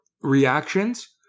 reactions